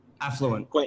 affluent